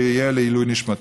ויהיה לעילוי נשמתו.